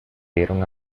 dieron